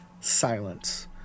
silence